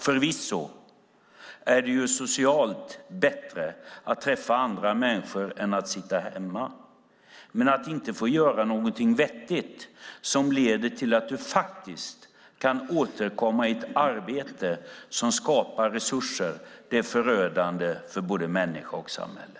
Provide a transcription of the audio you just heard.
Det är förvisso socialt bättre att träffa andra människor än att sitta hemma, men att inte få göra något vettigt som leder till att man kan återkomma i ett arbete som skapar resurser är förödande för både människa och samhälle.